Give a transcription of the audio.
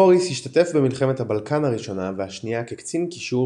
בוריס השתתף במלחמת הבלקן הראשונה והשנייה כקצין קישור